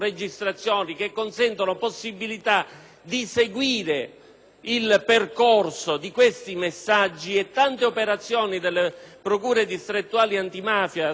il percorso dei messaggi e tante operazioni delle procure distrettuali antimafia sono state realizzate attraverso questi